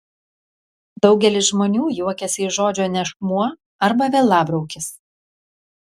daugelis žmonių juokiasi iš žodžio nešmuo arba vielabraukis